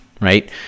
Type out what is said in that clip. right